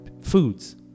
foods